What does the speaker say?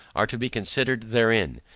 are to be considered therein.